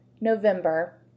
November